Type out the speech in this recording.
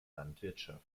landwirtschaft